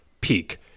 peak